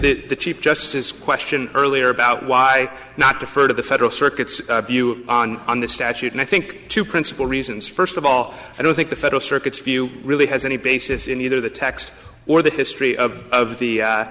that the chief justice question earlier about why not defer to the federal circuit view on on the statute and i think two principal reasons first of all i don't think the federal circuit's few really has any basis in either the text or the history of